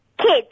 Kids